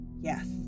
Yes